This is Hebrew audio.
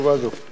להסתפק.